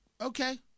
Okay